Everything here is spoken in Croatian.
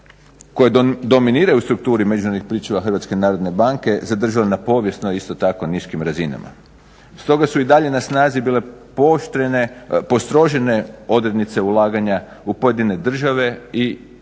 koje dominiraju u strukturi međunarodnih pričuva HNB-a zadržale na povijesnoj isto tako niskim razinama. Stoga su i dalje na snazi bili pooštrene, postrožene odrednice ulaganja u pojedine države i